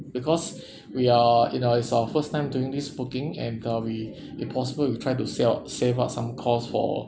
because we are you know it's our first time doing this booking and uh we if impossible we try to sell save up some cost for